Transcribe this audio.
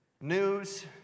news